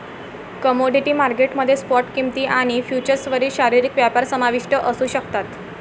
commodity market मध्ये spot किंमती आणि फ्युचर्सवरील शारीरिक व्यापार समाविष्ट असू शकतात